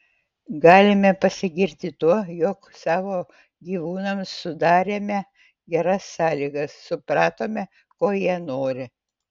galime pasigirti tuo jog savo gyvūnams sudarėme geras sąlygas supratome ko jie nori